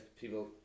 People